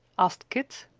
asked kit.